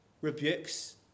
rebukes